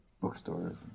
bookstores